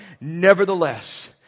nevertheless